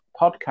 podcast